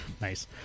Nice